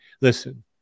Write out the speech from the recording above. listen